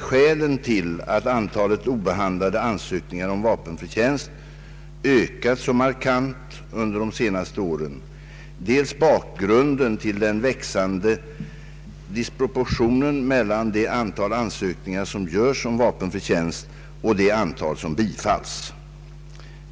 skälen till att antalet obehandlade ansökningar om vapenfri tjänst ökat så markant under de senaste åren, dels bakgrunden till den växande disproportionen mellan det antal ansökningar som görs om vapenfri tjänst och det antal som bifalls.